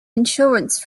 insurance